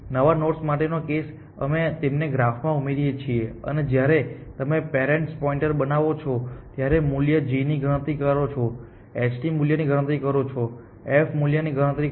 નવા નોડ્સ માટેનો કેસ અમે તેમને ગ્રાફમાં ઉમેરીએ છીએ અને જ્યારે તમે પેરેન્ટ્સ પોઇન્ટર બનાવો છો ત્યારે મૂલ્ય g ની ગણતરી કરો h મૂલ્યની ગણતરી કરો f મૂલ્યની ગણતરી કરો